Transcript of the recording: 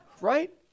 right